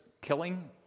killing